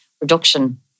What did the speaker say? reduction